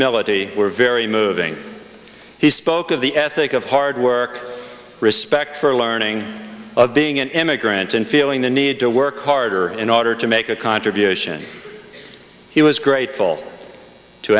humility were very moving he spoke of the ethic of hard work respect for learning of being an immigrant and feeling the need to work harder in order to make a contribution he was grateful to